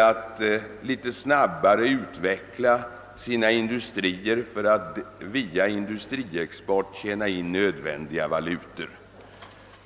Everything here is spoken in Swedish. att litet snabbare utveckla sina industrier för att via industriexport tjäna in nödvändiga valutor.